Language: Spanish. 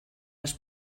las